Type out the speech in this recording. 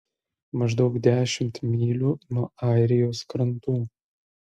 maždaug dešimt mylių nuo airijos krantų